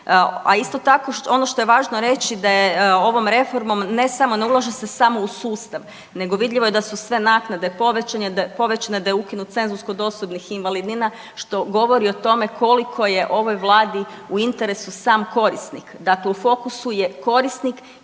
A isto tako ono što je važno reći da je ovom reformom ne samo, ne ulaže se samo u sustav nego vidljivo je da su sve naknade povećane, da je ukinut cenzus kod osobnih invalidnina što govori o tome koliko je ovoj vladi u interesu sam korisnik. Dakle, u fokusu je korisnik